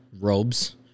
robes